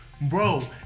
Bro